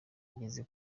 yageze